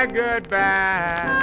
goodbye